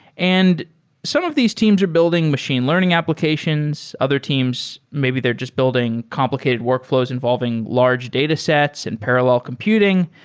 and some of these teams are building machine learning applications. other teams, maybe they're just building complicated workfl ows involving large datasets and parallel computing.